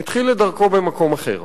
התחיל את דרכו במקום אחר.